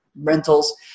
rentals